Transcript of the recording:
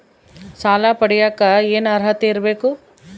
ಸಾಲ ಪಡಿಯಕ ಏನು ಅರ್ಹತೆ ಇರಬೇಕು?